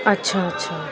اچھا اچھا